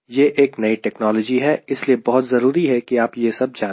यह एक नई टेक्नोलॉजी है इसलिए बहुत जरूरी है कि आप यह सब जाने